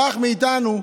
ברח מאיתנו,